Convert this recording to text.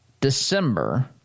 December